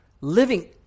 living